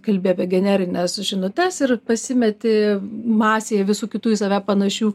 kalbi apie generines žinutes ir pasimeti masėje visų kitų į save panašių